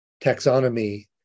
taxonomy